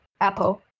apple